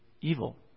evil